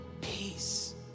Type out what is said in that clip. peace